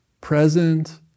present